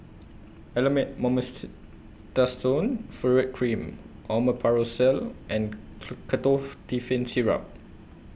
Elomet Furoate Cream Omeprazole and Syrup